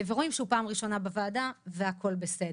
רואים שהוא פעם ראשונה בוועדה והכל בסדר.